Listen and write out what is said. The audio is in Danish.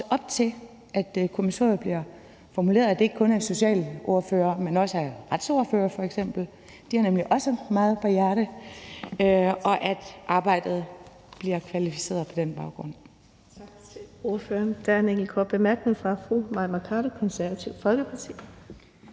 op til at kommissoriet bliver formuleret, at det ikke kun er socialordførere, men også er retsordførere f.eks., for de har nemlig også meget på hjerte, og på den baggrund